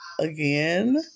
again